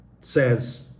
says